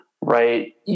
Right